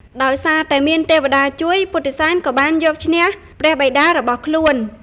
ដោយសារតែមានទេវតាជួយ ពុទ្ធិសែនក៏បានយកឈ្នះព្រះបិតារបស់ខ្លួន។